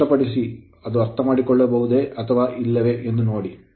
ಅದನ್ನು ಸ್ಪಷ್ಟಪಡಿಸಿ ಅದು ಅರ್ಥಮಾಡಿಕೊಳ್ಳಬಹುದೇ ಅಥವಾ ಇಲ್ಲವೇ ಎಂದು ನೋಡಿ